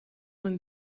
when